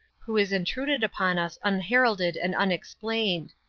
who is intruded upon us unheralded and unexplained.